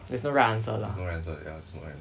there's no right answer lah